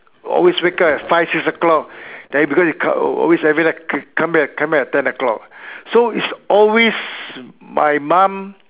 always wake up at five six o-clock then because he co~ always every night come back come back at ten o'clock so is always my mom